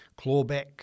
clawback